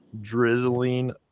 drizzling